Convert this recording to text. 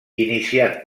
iniciat